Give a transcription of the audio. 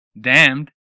Damned